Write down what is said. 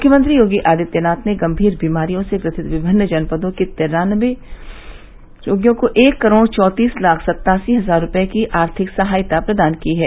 मुख्यमंत्री योगी आदित्यनाथ ने गम्मीर बीमारियों से ग्रसित विभिन्न जनपदो के तिरान्नबे को एक करोड़ चौंतीस लाख सत्तासी हजार रूपये की आर्थिक सहायता प्रदान की है